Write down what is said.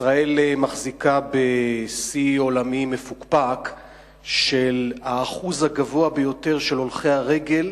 ישראל מחזיקה בשיא עולמי מפוקפק של האחוז הגבוה ביותר של הולכי הרגל